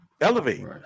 elevate